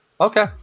Okay